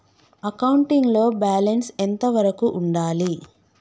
Accounting లో balance ఎంత వరకు ఉండాలి?